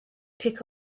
pick